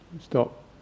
Stop